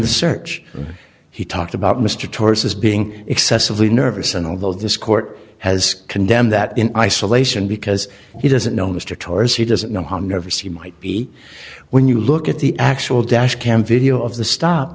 the search he talked about mr tauruses being excessively nervous and although this court has condemned that in isolation because he doesn't know mr torres he doesn't know how nervous he might be when you look at the actual dash cam video of the stop